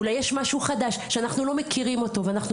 אולי יש משהו חדש שאנחנו לא מכירים אותו ואנחנו